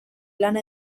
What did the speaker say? lana